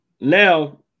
now